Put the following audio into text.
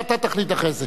אתה תחליט אחרי זה.